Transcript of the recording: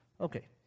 Okay